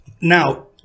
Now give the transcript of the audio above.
now